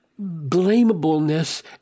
blamableness